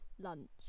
lunch